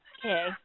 Okay